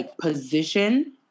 position